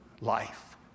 life